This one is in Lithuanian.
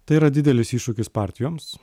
tai yra didelis iššūkis partijoms